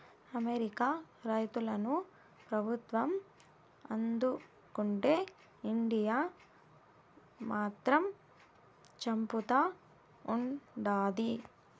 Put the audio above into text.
America రైతులను ప్రభుత్వం ఆదుకుంటే ఇండియా మాత్రం చంపుతా ఉండాది